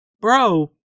bro